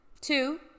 Two